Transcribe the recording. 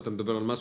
אתה מדבר על מס